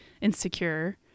insecure